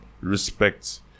respect